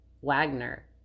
Wagner